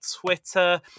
Twitter